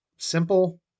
Simple